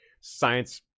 Science